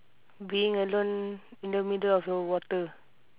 being alone in the middle of the water